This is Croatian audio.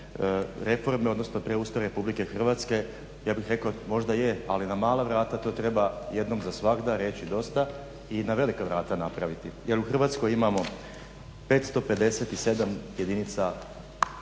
reforme, odnosno preustroja Republike Hrvatske ja bih rekao možda je, ali na mala vrata to treba jednom za svagda reći dosta i na velika vrata napraviti jer u Hrvatskoj imamo 557 jedinica